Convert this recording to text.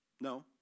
No